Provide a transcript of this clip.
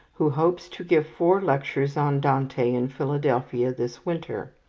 who hopes to give four lectures on dante in philadelphia this winter.